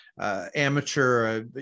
amateur